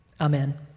Amen